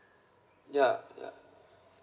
ya ya